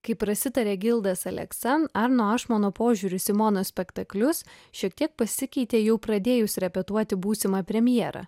kaip prasitarė gildas aleksa arno ašmono požiūris į monospektaklius šiek tiek pasikeitė jau pradėjus repetuoti būsimą premjerą